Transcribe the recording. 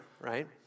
right